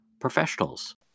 Professionals